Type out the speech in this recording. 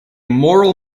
moral